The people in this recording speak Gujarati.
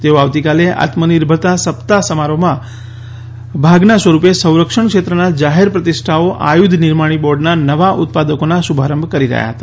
તેઓ આવતીકાલે આત્મનિર્ભરતા સપ્તાહ સમારોહમાં ભાગના સ્વરૂપે સંરક્ષણ ક્ષેત્રના જાહેર પ્રતિષ્ઠાઓ આયુધ નિર્માણી બોર્ડના નવા ઉત્પાદકોના શુભારંભ કરી રહ્યા હતા